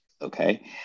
okay